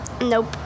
nope